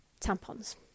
tampons